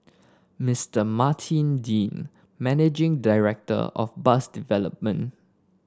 Mister Martin Dean managing director of bus development